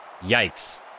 Yikes